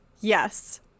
yes